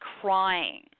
crying